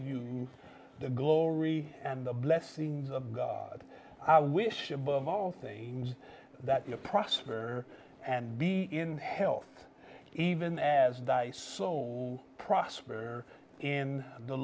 you the glory and the blessings of god i wish above all things that we are prosper and be in health even as dice slow prosper in the